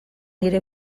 nire